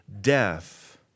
death